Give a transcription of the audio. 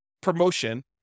promotion